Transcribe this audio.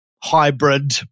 hybrid